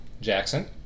Jackson